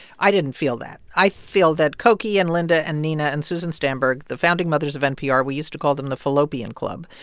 i didn't feel that. i feel that cokie and linda and nina and susan stamberg, the founding mothers of npr we used to call them the fallopian club.